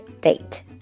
date